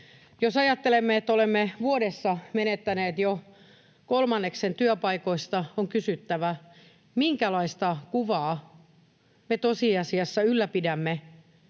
Jos ajattelemme, että olemme vuodessa menettäneet jo kolmanneksen työpaikoista, on kysyttävä, minkälaista kuvaa me tosiasiassa ylläpidämme,